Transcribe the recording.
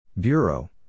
Bureau